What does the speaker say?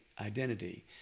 Identity